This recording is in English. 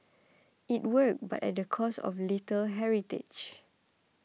it worked but at the cost of a little heritage